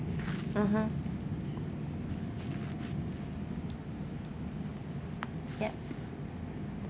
(uh huh) yup